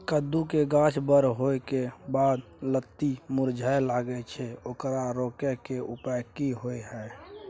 कद्दू के गाछ बर होय के बाद लत्ती मुरझाय लागे छै ओकरा रोके के उपाय कि होय है?